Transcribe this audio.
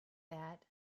that